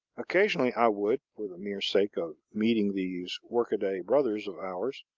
occasionally i would, for the mere sake of meeting these workaday brothers of ours,